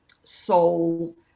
soul